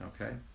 Okay